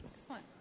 Excellent